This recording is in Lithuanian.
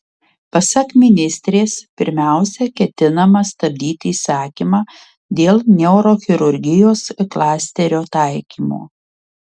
pasak ministrės pirmiausia ketinama stabdyti įsakymą dėl neurochirurgijos klasterio taikymo